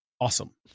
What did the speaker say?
awesome